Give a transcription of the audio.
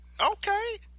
Okay